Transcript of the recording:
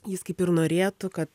jis kaip ir norėtų kad